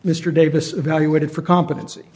mr davis evaluated for competency